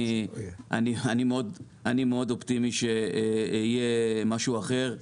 אני אופטימי מאוד שיהיה משהו אחר.